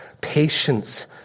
patience